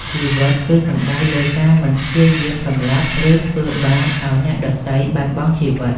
ជីវិតគឺសំដៅលើការមិនព្យាយាមសម្លាប់ ឬធ្វើបាបឲ្យអ្នកដទៃបាត់បង់ជីវិត។